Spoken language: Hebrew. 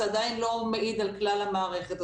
זה עדיין לא מעיד על כלל המערכת.